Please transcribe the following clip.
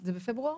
זה בפברואר?